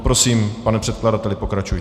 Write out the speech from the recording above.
Prosím, pane předkladateli, pokračujte.